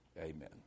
Amen